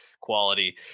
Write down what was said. quality